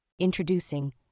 Introducing